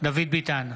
דוד ביטן,